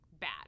Bad